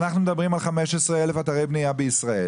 אנחנו מדברים על 15 אתרי בנייה בישראל